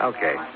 Okay